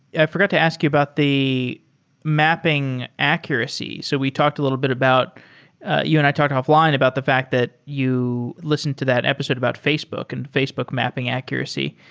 i forgot to ask you about the mapping accuracy. so we talked a little bit about you and i talked offline about the fact that you listen to that episode about facebook and facebook mapping accuracy.